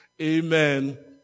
amen